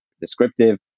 descriptive